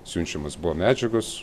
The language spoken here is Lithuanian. siunčiamos buvo medžiagos